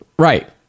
Right